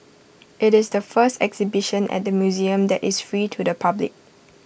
IT is the first exhibition at the museum that is free to the public